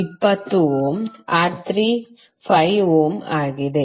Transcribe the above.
R2 20 ohm ಮತ್ತು R3 5 ohm ಆಗಿದೆ